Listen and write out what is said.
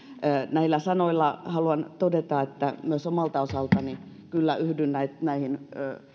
näillä sanoilla haluan todeta että myös omalta osaltani kyllä yhdyn näihin näihin